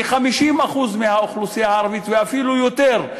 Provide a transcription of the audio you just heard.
כ-50% מהאוכלוסייה הערבית ואפילו יותר,